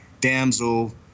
damsel